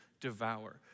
devour